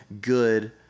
good